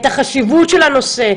את החשיבות של הנושא,